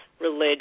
religion